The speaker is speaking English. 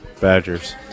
Badgers